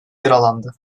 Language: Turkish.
yaralandı